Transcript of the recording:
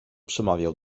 przemawiał